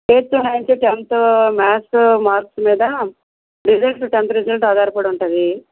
eighth ninth tenth maths marks మీద result tenth result ఆధారపడి ఉంటుంది